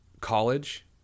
College